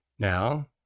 Now